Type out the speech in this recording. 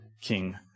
king